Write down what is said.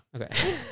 okay